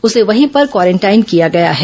उसे वहीं पर क्वारेंटाइन किया है